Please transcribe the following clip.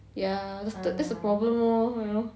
ya that's the that's the problem lor you know